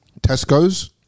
Tesco's